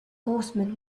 horsemen